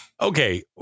okay